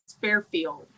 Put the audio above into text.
Fairfield